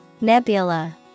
Nebula